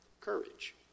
courage